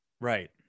Right